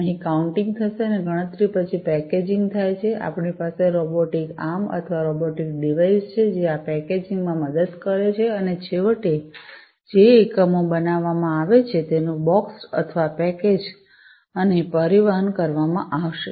અહીં કાઉન્ટીગ થશે અને ગણતરી પછી પેકેજિંગ થાય છે આપણી પાસે રોબોટિક આર્મ અથવા રોબોટિક ડિવાઇસ છે જે આ પેકેજિંગ માં મદદ કરે છે અને છેવટે જે એકમો બનાવવામાં આવે છે તેનું બોક્સડ અથવા પેકેજ અને પરિવહન કરવામાં આવશે